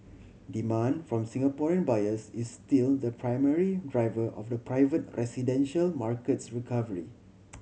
demand from Singaporean buyers is still the primary driver of the private residential market's recovery